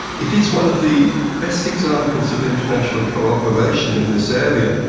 it is one of the best examples of international cooperation in this area.